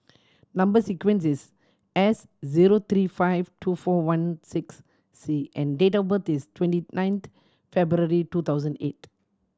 number sequence is S zero three five two four one six C and date of birth is twenty nine February two thousand eight